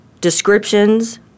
descriptions